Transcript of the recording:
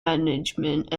management